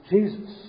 Jesus